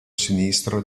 sinistro